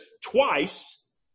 twice